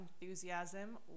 enthusiasm